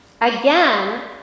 Again